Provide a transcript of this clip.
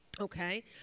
Okay